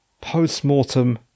post-mortem